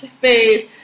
face